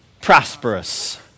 prosperous